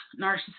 narcissism